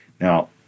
Now